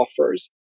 offers